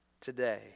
today